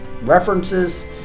references